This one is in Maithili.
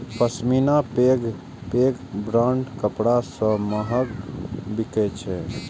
पश्मीना पैघ पैघ ब्रांडक कपड़ा सं महग बिकै छै